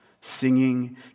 Singing